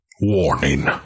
Warning